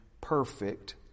perfect